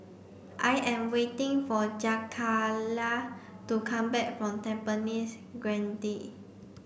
I am waiting for Jakayla to come back from Tampines Grande